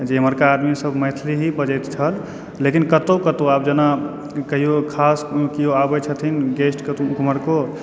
जे इम्हरका आदमीसभ मैथिली ही बजैत छल लेकिन कतहुँ कतहुँ आब जेना कहिओ खास केओ आबय छथिन गेस्ट कतहुँ केम्हरको